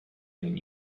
been